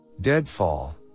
Deadfall